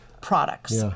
products